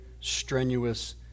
strenuous